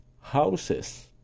houses